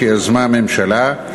שיזמה הממשלה,